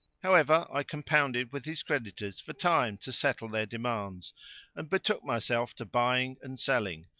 however i compounded with his creditors for time to settle their demands and betook myself to buying and selling,